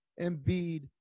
Embiid